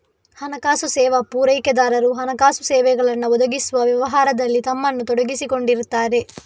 ಹಣಕಾಸು ಸೇವಾ ಪೂರೈಕೆದಾರರು ಹಣಕಾಸು ಸೇವೆಗಳನ್ನ ಒದಗಿಸುವ ವ್ಯವಹಾರದಲ್ಲಿ ತಮ್ಮನ್ನ ತೊಡಗಿಸಿಕೊಂಡಿರ್ತಾರೆ